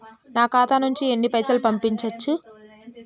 నా ఖాతా నుంచి ఎన్ని పైసలు పంపించచ్చు?